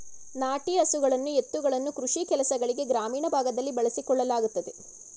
ನಾಟಿ ಹಸುಗಳನ್ನು ಎತ್ತುಗಳನ್ನು ಕೃಷಿ ಕೆಲಸಗಳಿಗೆ ಗ್ರಾಮೀಣ ಭಾಗದಲ್ಲಿ ಬಳಸಿಕೊಳ್ಳಲಾಗುತ್ತದೆ